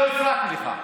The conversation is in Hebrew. לא הפרעתי לך.